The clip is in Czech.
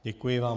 Děkuji vám.